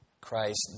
Christ